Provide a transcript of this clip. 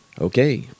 Okay